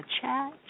chat